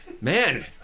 man